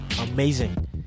amazing